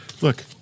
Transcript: Look